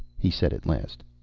he said at last.